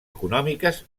econòmiques